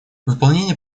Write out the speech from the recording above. выполнение